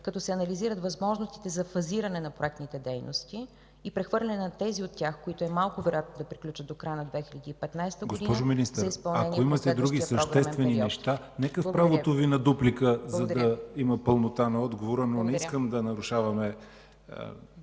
като се анализират възможностите за фазиране на проектните дейности и прехвърляне на тези от тях, които е малко вероятно да приключат до края на 2015 г. ... ПРЕДСЕДАТЕЛ ЯВОР ХАЙТОВ: Госпожо Министър, ако имате други съществени неща, нека в правото Ви на дуплика, за да има пълнота на отговора, но не искам да нарушаваме